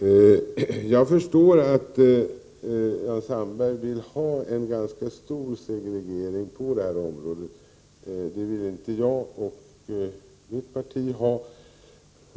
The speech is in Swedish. Jag förstår att Jan Sandberg vill ha en ganska stor segregering på det här området, men det vill inte jag och mitt parti ha.